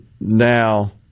now